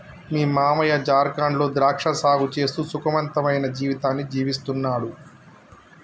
మీ మావయ్య జార్ఖండ్ లో ద్రాక్ష సాగు చేస్తూ సుఖవంతమైన జీవితాన్ని జీవిస్తున్నాడు